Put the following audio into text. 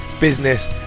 business